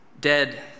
dead